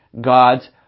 God's